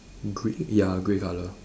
gre~ ya grey colour